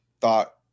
thought